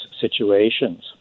situations